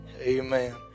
Amen